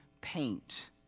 paint